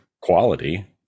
quality